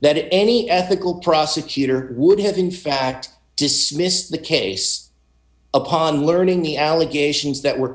that any ethical prosecutor would have in fact dismissed the case upon learning the allegations that were